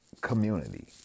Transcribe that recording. community